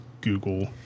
Google